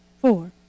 four